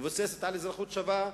מבוססת על אזרחות שווה,